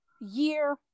year